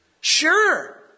Sure